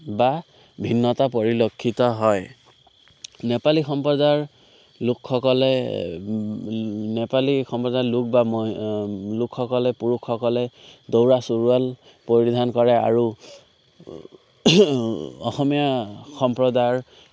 বা ভিন্নতা পৰিলক্ষিত হয় নেপালী সম্প্ৰদায়ৰ লোকসকলে নেপালী সম্প্ৰদায়ৰ লোক বা লোকসকলে পুৰুষসকলে দৌৰা চোৰোৱাল পৰিধান কৰে আৰু অসমীয়া সম্প্ৰদায়ৰ